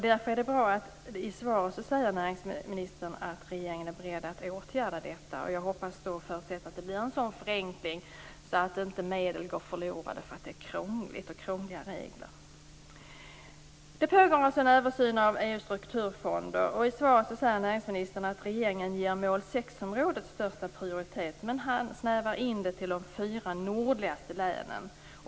Därför är det bra att näringsministern i svaret säger att regeringen är beredd att åtgärda detta. Jag hoppas och förutsätter då att det blir en sådan förenkling att inte medel går förlorade därför att det är krångliga regler. Det pågår alltså en översyn av EU:s strukturfonder. I svaret säger näringsministern att regeringen ger mål 6-området största prioritet, men han snävar in det till de fyra nordligaste länen.